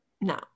no